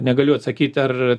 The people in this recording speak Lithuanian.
negaliu atsakyt ar